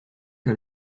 que